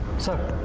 sir,